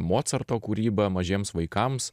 mocarto kūryba mažiems vaikams